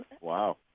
Wow